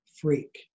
freak